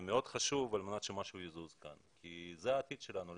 זה מאוד חשוב על מנת שמשהו יזוז כאן כי זה העתיד שלנו.